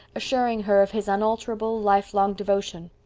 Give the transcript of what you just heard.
assuring her of his unalterable, life-long devotion.